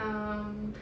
um